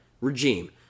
regime